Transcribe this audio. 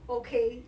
okay